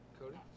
Cody